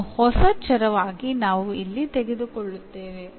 ಅನ್ನು ಹೊಸ ಚರವಾಗಿ ನಾವು ಇಲ್ಲಿ ತೆಗೆದುಕೊಳ್ಳುತ್ತೇವೆ